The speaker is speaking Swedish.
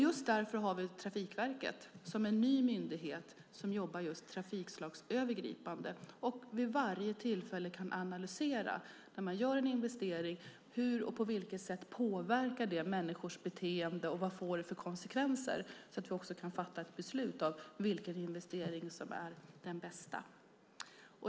Just därför har vi Trafikverket, som är en ny myndighet som jobbar just trafikslagsövergripande och som vid varje tillfälle kan göra analyser när man gör en investering: På vilket sätt påverkar det människors beteende, och vad får det för konsekvenser? Då kan vi också fatta ett beslut om vilken investering som är den bästa.